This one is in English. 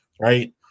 Right